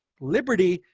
liberty,